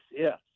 Yes